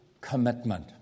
Commitment